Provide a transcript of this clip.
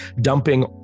dumping